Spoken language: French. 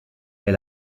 est